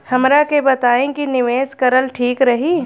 हमरा के बताई की निवेश करल ठीक रही?